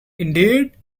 indeed